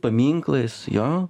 paminklais jo